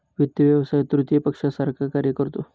वित्त व्यवसाय तृतीय पक्षासारखा कार्य करतो